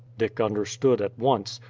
dick understood at once.